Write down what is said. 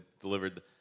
delivered